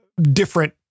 different